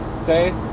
okay